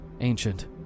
Ancient